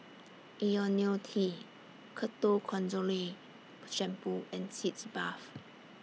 Ionil T Ketoconazole Shampoo and Sitz Bath